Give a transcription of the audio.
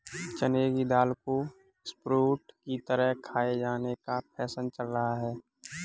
चने की दाल को स्प्रोउट की तरह खाये जाने का फैशन चल रहा है